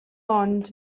ond